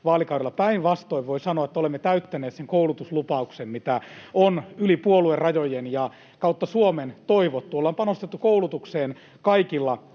vaalikaudella. Päinvastoin voi sanoa, että olemme täyttäneet sen koulutuslupauksen, mitä on yli puoluerajojen ja kautta Suomen toivottu. Ollaan panostettu koulutukseen kaikilla